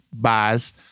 buys